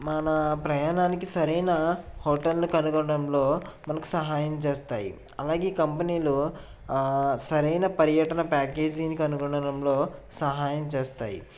మన ప్రయాణానికి సరైన హోటల్ని కనుగొనడంలో మనకు సహాయం చేస్తాయి అలాగే కంపెనీలో ఆ సరైన పర్యటన ప్యాకేజీని కనుగొనడంలో సహాయం చేస్తాయి